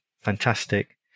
fantastic